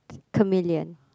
chameleon